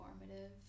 informative